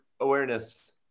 awareness